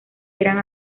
eran